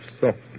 softly